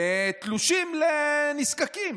לתלושים לנזקקים,